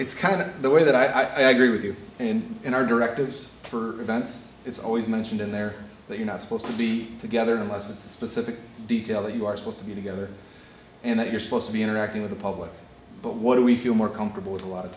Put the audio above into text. it's kind of the way that i grew with you and in our directives for events it's always mentioned in there that you're not supposed to be together unless it's a specific detail that you are supposed to be together and that you're supposed to be interacting with the public but what we feel more comfortable with a lot of